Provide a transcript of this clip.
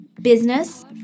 business